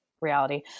reality